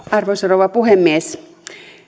arvoisa rouva puhemies